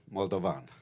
Moldovan